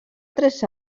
tres